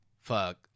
Fuck